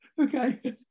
okay